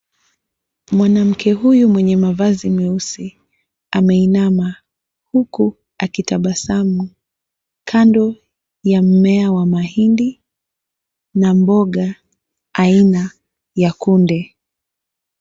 Mwanamke huyu mwenye mavazi meusi ameinama huku akitabasamu kando ya mmea wa mahindi na mboga aina ya kunde.